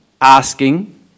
asking